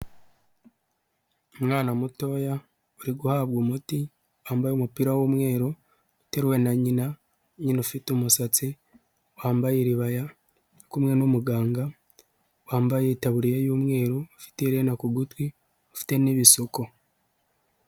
Umwana mutoya uri guhabwa umuti wambaye umupira w'umweru, uteruwe na nyina, nyina ufite umusatsi wambaye iribaya uri kumwe n'umuganga wambaye itaburiya y'umweru ufite iiherena ku gutwi afite n'ibisuko.